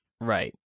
Right